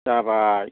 जाबाय